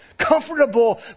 Comfortable